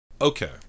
Okay